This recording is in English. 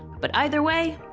but either way,